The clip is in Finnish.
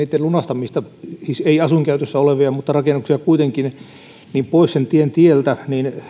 lunastaminen siis ei asuinkäytössä olevien mutta rakennusten kuitenkin pois sen tien tieltä